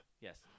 Yes